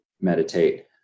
meditate